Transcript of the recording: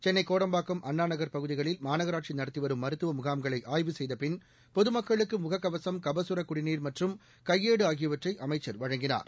சென்னை கோடம்பாக்கம் அண்ணாநகர் பகுதிகளில் மாநகராட்சி நடத்தி வரும் மருத்துவ முகாம்களை ஆய்வு செய்த பின் பொதுமக்களுக்கு முகக்கவசும் கபகரக் குடிநீர் மற்றும் கையேடு ஆகியவற்றை அமைச்சர் வழங்கினார்